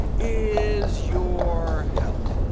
is your health.